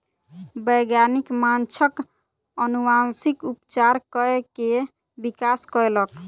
वैज्ञानिक माँछक अनुवांशिक उपचार कय के विकास कयलक